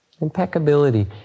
Impeccability